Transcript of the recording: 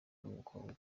n’umukobwa